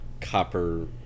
copper